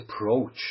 approach